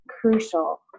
crucial